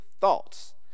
thoughts